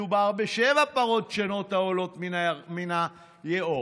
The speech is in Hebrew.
מדובר בשבע פרות דשנות העולות מן היאור.